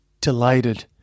delighted